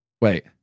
Wait